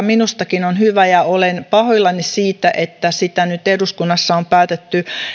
minustakin on hyvä ja olen pahoillani siitä että sen säätämistä nyt eduskunnassa on päätetty